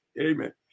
Amen